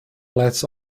lets